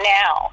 now